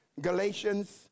Galatians